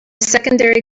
secondary